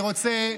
אני רוצה,